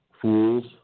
fools